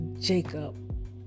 Jacob